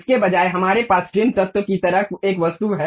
इसके बजाय हमारे पास ट्रिम तत्त्व की तरह एक वस्तु है